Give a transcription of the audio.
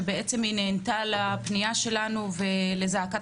שבעצם היא נענתה לפנייה שלנו ולזעקת